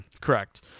Correct